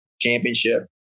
championship